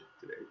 today